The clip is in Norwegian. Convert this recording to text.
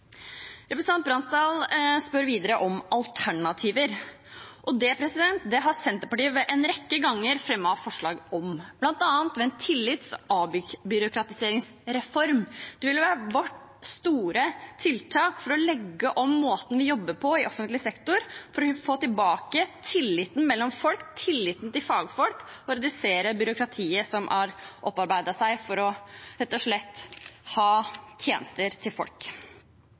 Bransdal spør videre om alternativer. Det har Senterpartiet en rekke ganger fremmet forslag om, bl.a. ved en tillits- og avbyråkratiseringsreform. Det ville vært vårt store tiltak for å legge om måten vi jobber på i offentlig sektor, for å få tilbake tilliten mellom folk og tilliten til fagfolk og for å redusere byråkratiet som har opparbeidet seg for rett og slett å ha tjenester til folk.